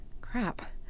Crap